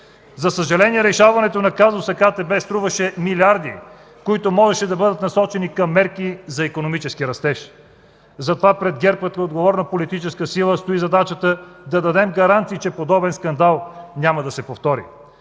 За съжаление, решаването на казуса КТБ струваше милиарди, които можеха да бъдат насочени към мерки за икономически растеж. Затова пред ГЕРБ, като отговорна политическа сила, стои задачата да дадем гаранции, че подобен скандал няма да се повтори.